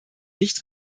nicht